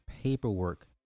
paperwork